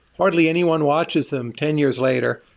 hardly anyone watches them ten years later.